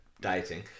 Dieting